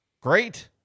Great